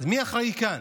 מי אחראי כאן?